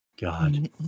God